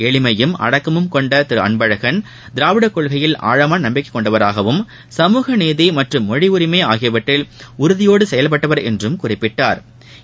எளிமையும் அடக்கமும் கொண்ட திரு அள்பழகள் திராவிடக் கொள்கையில் ஆழமான நம்பிக்கை கொண்டவராகவும் சமூக நீதி மற்றும் மொழி உரிமை ஆகியவற்றில் உறதியோடு செயல்பட்டவர் என்றும் குறிப்பிட்டா்